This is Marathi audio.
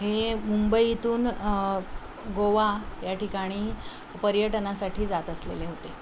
हे मुंबईतून गोवा या ठिकाणी पर्यटनासाठी जात असलेले होते